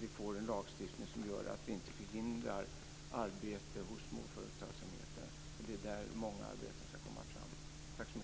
vi får en lagstiftning som gör att vi inte förhindrar arbete hos småföretagsamheten, för det är där många arbeten ska komma fram.